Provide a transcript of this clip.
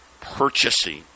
purchasing